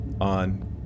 on